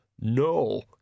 No